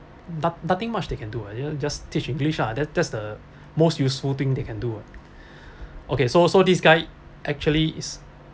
not nothing much they can do ah you know just teach english lah that's that's the most useful thing they can do [what] okay so so this guy actually is